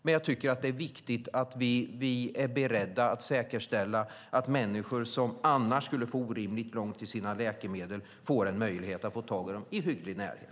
Men jag tycker att det är viktigt att vi är beredda att säkerställa att människor som annars skulle få orimligt långt till sina läkemedel får en möjlighet att få tag i dem i hygglig närhet.